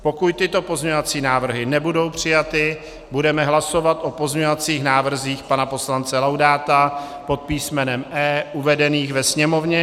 Pokud tyto pozměňovací návrhy nebudou přijaty, budeme hlasovat o pozměňovacích návrzích pana poslance Laudáta pod písmenem E uvedených ve sněmovním dokumentu 6624.